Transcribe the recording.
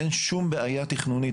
אין שום בעיה תכנונית.